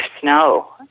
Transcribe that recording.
snow